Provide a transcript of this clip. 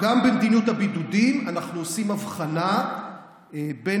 גם במדיניות הבידודים אנחנו עושים הבחנה בין